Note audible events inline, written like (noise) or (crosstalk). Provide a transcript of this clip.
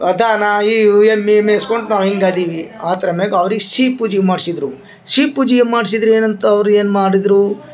ದನ ಇವು ಎಮ್ಮೆ ಮೇಸ್ಕೊಂಡು ನಾವು ಹಿಂಗ್ ಅದೀವಿ ಅದ್ರ ಮ್ಯಾಗ ಅವ್ರಿಗೆ (unintelligible) ಪೂಜಿ ಮಾಡ್ಸಿದ್ದರು (unintelligible) ಪೂಜೆ ಮಾಡ್ಸಿದ್ದರು ಏನಂತ ಅವರು ಏನು ಮಾಡಿದ್ದರು